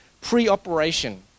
pre-operation